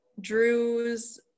Drew's